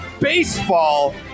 Baseball